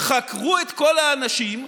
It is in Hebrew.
חקרו את כל האנשים,